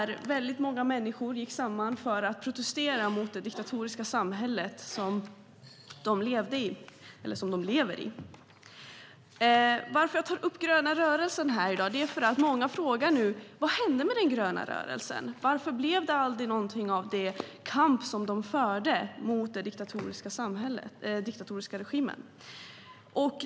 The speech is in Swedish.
Många människor gick samman för att protestera mot det diktatoriska samhälle de lever i. Varför jag tar upp den gröna rörelsen är för att många frågar vad som hände med den. Varför blev det inget av den kamp som den förde mot den diktatoriska regimen?